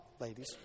ladies